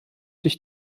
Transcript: durch